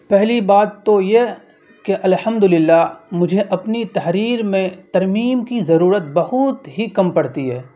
پہلی بات تو یہ کہ الحمد للہ مجھے اپنی تحریر میں ترمیم کی ضرورت بہت ہی کم پڑتی ہے